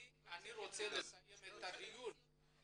אני רוצה לסיים את הדיון.